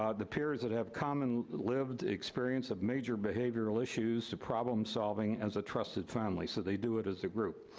ah the peers that have come and lived the experience of major behavioral issues to problem solving as a trusted family, so they do it as a group.